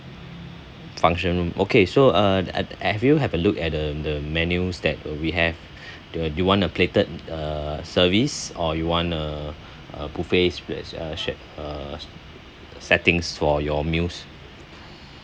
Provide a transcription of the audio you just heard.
function room okay so uh have have you have a look at the the menus that we have do do you want a plated uh service or you want a a buffet s~ shared uh settings for your meals